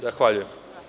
Zahvaljujem.